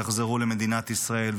יחזרו למדינת ישראל.